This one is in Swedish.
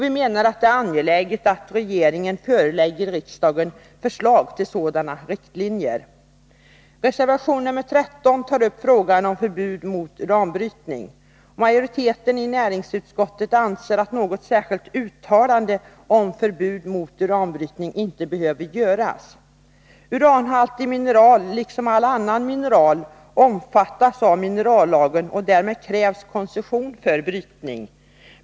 Vi menar att det är angeläget att regeringen förelägger riksdagen förslag till sådana riktlinjer. Reservation 13 tar upp frågan om förbud mot uranbrytning. Majoriteten i näringsutskottet anser att något särskilt uttalande om förbud mot uranbrytning inte behöver göras. Uranhaltig mineral, liksom all annan mineral, omfattas av minerallagen, och därmed krävs koncession för brytning.